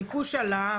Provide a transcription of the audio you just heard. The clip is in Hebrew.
הביקוש עלה,